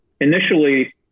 initially